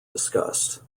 discussed